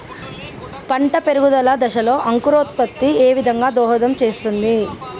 పంట పెరుగుదల దశలో అంకురోత్ఫత్తి ఏ విధంగా దోహదం చేస్తుంది?